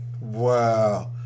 Wow